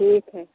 ठीक हइ